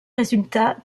résultat